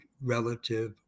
relative